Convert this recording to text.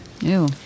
Ew